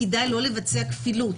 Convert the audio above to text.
כדאי לא לבצע כפילות,